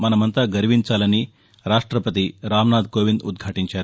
మనమంతా గర్వించాలని రాష్టపతి రామ్నాథ్ కోవింద్ ఉద్యాటించారు